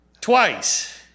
twice